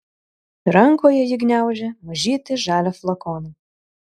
rankoje ji gniaužė mažytį žalią flakoną